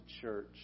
church